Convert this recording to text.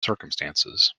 circumstances